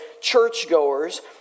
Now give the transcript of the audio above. churchgoers